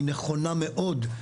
נכונה מאוד.